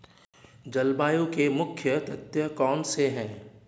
जलवायु के मुख्य तत्व कौनसे हैं?